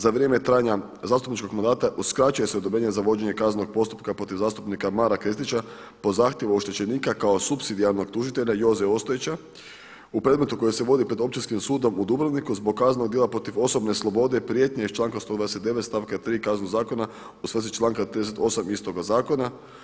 Za vrijeme trajanja zastupničkog mandata uskraćuje se odobrenje za vođenje kaznenog postupka protiv zastupnika Mara Kristića po zahtjevu oštećenika kao supsidijarnog tužitelja Joze Ostojića u predmetu koji se vodi pred Općinskim sudom u Dubrovniku zbog kaznenog djela protiv osobne slobode, prijetnje iz članka 129. stavka 3. Kaznenog zakona u svezi članka 38. istoga zakona.